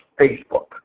Facebook